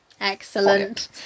excellent